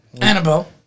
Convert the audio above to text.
Annabelle